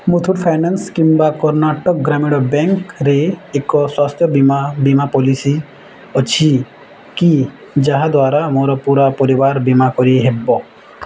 Muthoot finance କିମ୍ବା କର୍ଣ୍ଣାଟକ ଗ୍ରାମୀଣ ବ୍ୟାଙ୍କରେ ଏକ ସ୍ଵାସ୍ଥ୍ୟ ବୀମା ବୀମା ପଲିସି ଅଛି କି ଯାହା ଦ୍ଵାରା ମୋର ପୂରା ପରିବାର ବୀମା କରିହେବ